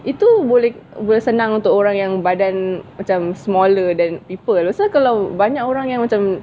itu boleh boleh senang untuk orang yang badan macam smaller than people so kalau banyak orang yang macam